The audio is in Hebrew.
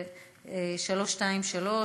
מס' 323,